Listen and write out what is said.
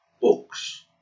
books